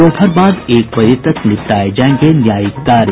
दोपहर बाद एक बजे तक निपटाये जायेंगे न्यायिक कार्य